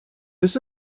this